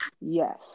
yes